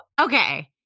okay